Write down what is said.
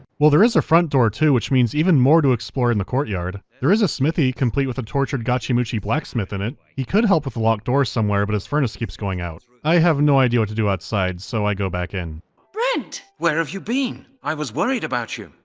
well, there is a front door too, which means even more to explore in the courtyard. there is a smithy complete with a tortured gachimuchi blacksmith in it. he could help with a locked door somewhere, but his furnace keeps going out. i have no idea what to do outside, so i go back in. melanie brent! halligan where have you been? i was worried about you!